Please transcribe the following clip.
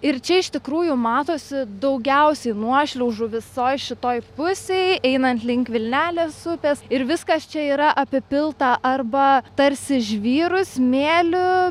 ir čia iš tikrųjų matosi daugiausiai nuošliaužų visoj šitoj pusėj einant link vilnelės upės ir viskas čia yra apipilta arba tarsi žvyru smėliu